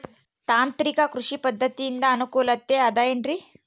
ತಾಂತ್ರಿಕ ಕೃಷಿ ಪದ್ಧತಿಯಿಂದ ಅನುಕೂಲತೆ ಅದ ಏನ್ರಿ?